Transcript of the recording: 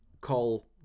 call